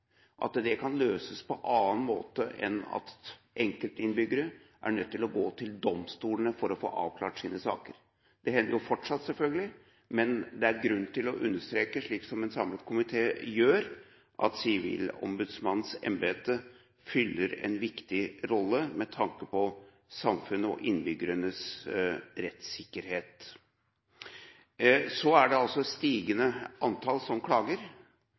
at det kan løses på annen måte enn at enkeltinnbyggere er nødt til å gå til domstolene for å få avklart sine saker. Det hender fortsatt selvfølgelig, men det er grunn til å understreke, slik som en samlet komité gjør, at Sivilombudsmannens embete fyller en viktig rolle med tanke på samfunnets og innbyggernes rettssikkerhet. Så er det et stigende antall som klager.